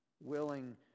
willing